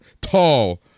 Tall